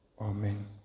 Amen